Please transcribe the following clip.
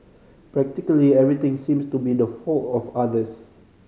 practically everything seems to be the fault of others